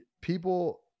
people